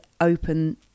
open